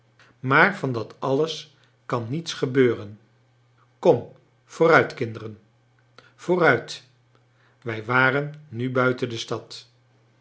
maar van dat alles kan niets gebeuren kom vooruit kinderen vooruit wij waren nu buiten de stad